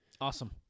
Awesome